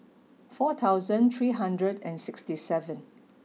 four thousand three hundred and sixty seven